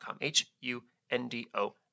H-U-N-D-O